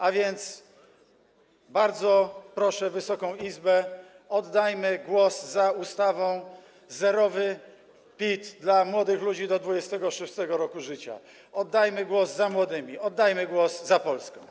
A więc bardzo proszę Wysoką Izbę: oddajmy głos za ustawą zerowy PIT dla młodych ludzi do 26. roku życia, oddajmy głos za młodymi, oddajmy głos za Polską.